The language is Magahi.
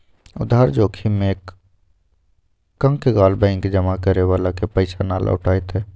उधार जोखिम में एक कंकगाल बैंक जमा करे वाला के पैसा ना लौटय तय